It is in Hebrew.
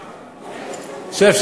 שב,